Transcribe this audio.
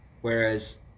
whereas